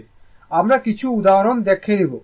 আমরা কিছু উদাহরণ দেখে নিব